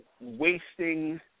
wasting –